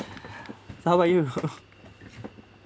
how about you